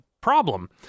problem